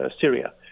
Syria